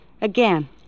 Again